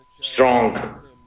Strong